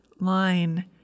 line